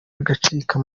bigacika